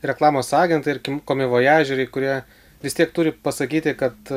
reklamos agentai ar kim komivojažieriai kurie vis tiek turiu pasakyti kad